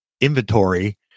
inventory